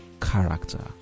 character